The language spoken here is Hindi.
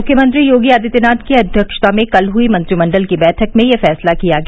मुख्यमंत्री योगी आदित्यनाथ की अध्यक्षता में कल हई मंत्रिमंडल की बैठक में यह फैसला किया गया